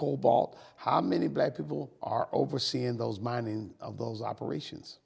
coal ball how many black people are overseeing those mining of those operations